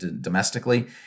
domestically